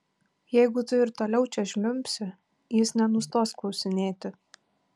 jeigu tu ir toliau čia žliumbsi jis nenustos klausinėti